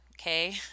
okay